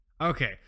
Okay